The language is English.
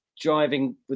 driving